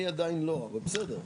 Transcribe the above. אני עדיין לא, אבל בסדר.